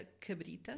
Cabrita